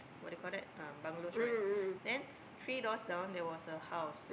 what do you call that um bungalows right then three doors down there was a house